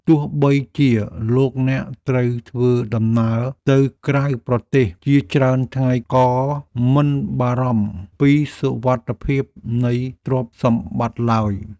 ទោះបីជាលោកអ្នកត្រូវធ្វើដំណើរទៅក្រៅប្រទេសជាច្រើនថ្ងៃក៏មិនបារម្ភពីសុវត្ថិភាពនៃទ្រព្យសម្បត្តិឡើយ។